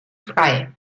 frei